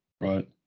Right